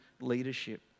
leadership